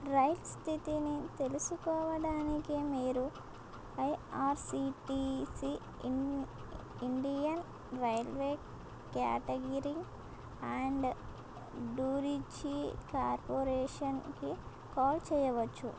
rail స్థితిని తెలుసుకోవడానికి మీరు IRCTC in Indian railway catering and tourism కార్పొరేషన్కి కాల్ చెయ్యవచ్చు